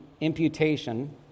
imputation